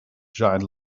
giant